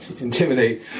Intimidate